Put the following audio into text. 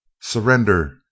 Surrender